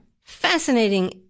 fascinating